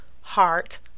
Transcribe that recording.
heart